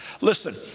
Listen